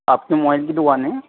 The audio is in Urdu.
آپ کی موبائل کی دوکان ہے